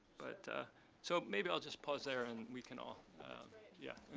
but ah so maybe i'll just pause there, and we can all yeah.